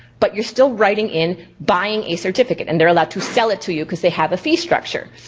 but you're still writing in buying a certificate and they're allowed to sell it to you cause they have a fee structure.